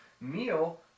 meal